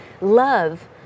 love